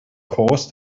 course